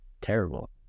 terrible